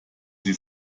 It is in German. sie